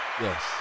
Yes